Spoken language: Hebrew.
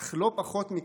אך לא פחות מכך,